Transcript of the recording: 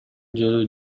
жолу